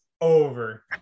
over